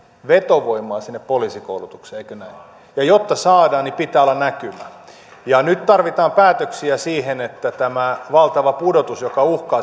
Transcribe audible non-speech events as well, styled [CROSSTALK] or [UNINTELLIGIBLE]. vetovoimaa sinne poliisikoulutukseen eikö näin ja jotta saadaan niin pitää olla näkymää ja nyt tarvitaan päätöksiä siitä että tämä valtava pudotus joka uhkaa [UNINTELLIGIBLE]